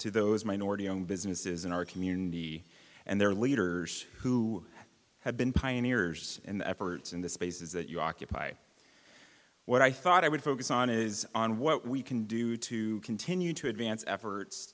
to those minority owned businesses in our community and their leaders who have been pioneers in the efforts in the spaces that you occupy what i thought i would focus on is on what we can do to continue to advance efforts